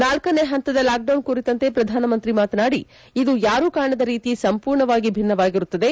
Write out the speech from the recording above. ನಾಲ್ಲನೇ ಹಂತದ lockdown ಕುರಿತಂತೆ ಪ್ರಧಾನಮಂತ್ರಿ ಆವರು ಮಾತನಾಡಿ ಇದು ಯಾರೂ ಕಾಣದ ರೀತಿ ಸಂಪೂರ್ಣವಾಗಿ ಭಿನ್ನವಾಗಿರುತ್ತದೆ